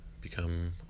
become